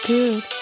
Good